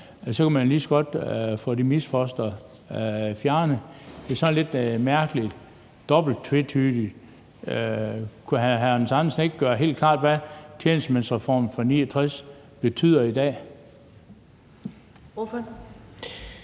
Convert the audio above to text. Så kunne man jo lige så godt få det misfoster fjernet. Det er sådan lidt mærkeligt, dobbelt, tvetydigt. Kunne hr. Hans Andersen ikke gøre det helt klart, hvad tjenestemandsreformen fra 1969 betyder i dag?